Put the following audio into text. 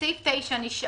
סעיף 9 נשאר,